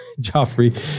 Joffrey